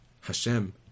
Hashem